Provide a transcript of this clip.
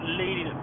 leading